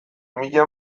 mila